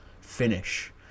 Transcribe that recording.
finish